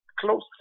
close